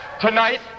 tonight